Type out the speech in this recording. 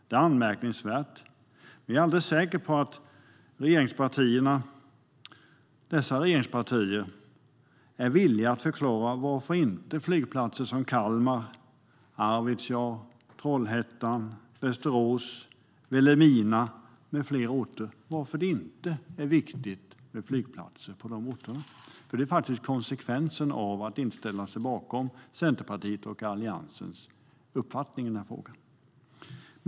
Det är anmärkningsvärt, men jag är helt säker på att regeringspartierna är villiga att förklara varför inte Kalmar, Arvidsjaur, Trollhättan, Västerås, Vilhelmina med flera orter behöver flygplatser. Det är ju detta som blir konsekvensen av att man inte ställer sig bakom Centerpartiets och Alliansens uppfattning i den här frågan.